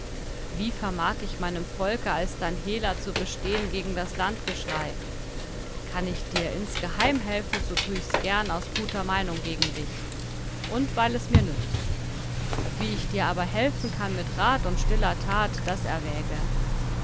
wie vermag ich in meinem volke als dein hehler zu bestehen gegen das landgeschrei kann ich dir insgeheim helfen so tue ich's gern aus guter meinung gegen dich und weil es mir nützt wie ich dir aber helfen kann mit rat und stiller tat das erwäge